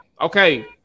Okay